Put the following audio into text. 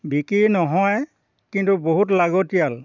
বিক্ৰী নহয় কিন্তু বহুত লাগতিয়াল